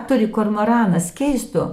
turi kormoranas keistų